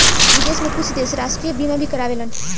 विदेश में कुछ देश राष्ट्रीय बीमा भी कारावेलन